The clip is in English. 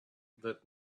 that